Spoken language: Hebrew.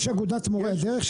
יש אגודת מורי הדרך,